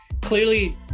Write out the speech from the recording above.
clearly